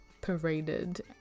paraded